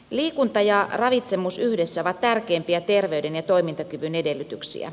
liikunta ja ravitsemus yhdessä ovat tärkeimpiä terveyden ja toimintakyvyn edellytyksiä